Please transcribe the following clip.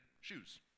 shoes